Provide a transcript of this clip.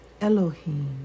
Elohim